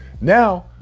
now